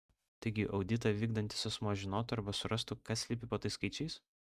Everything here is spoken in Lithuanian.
taigi auditą vykdantis asmuo žinotų arba surastų kas slypi po tais skaičiais